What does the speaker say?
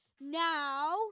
Now